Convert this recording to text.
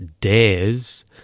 DARES